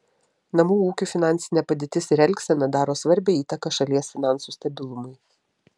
namų ūkių finansinė padėtis ir elgsena daro svarbią įtaką šalies finansų stabilumui